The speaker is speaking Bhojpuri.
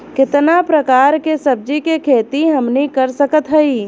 कितना प्रकार के सब्जी के खेती हमनी कर सकत हई?